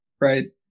right